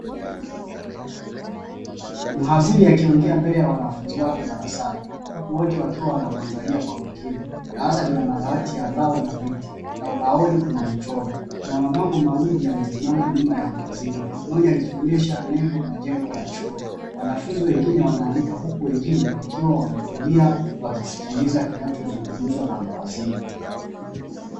Muhadhiri akiongea mbele ya wanafunzi wake darasani huku wote wakiwa wanamuangalia kwa umakini darasa lina madawati ya mbao na viti na ubani kuna michoro. Kuna mabango mawili yamesimama nyuma ya muhadhiri moja likionyesha nembo na jengo la chuo na wanafunzi wengine wanaandika huku wengine wakiwa wametulia wakisikiliza kinachozungumzwa na muhadhiri.